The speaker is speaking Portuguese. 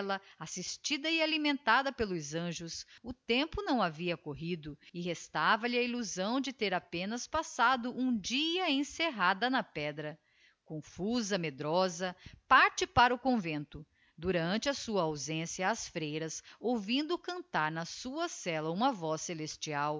assistida e alimentada pelos anjos o tempo não havia corrido e restavaihe a illusão de ter apenas passado um dia encerrada na pedra confusa medrosa parte para o convento durante a sua ausência as freiras ouvindo cantar na sua cella uma voz celestial